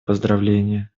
поздравления